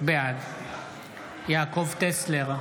בעד יעקב טסלר,